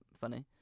funny